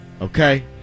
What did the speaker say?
Okay